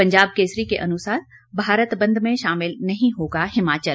पंजाब केसरी के अनुसार भारत बंद में शामिल नहीं होगा हिमाचल